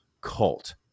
cult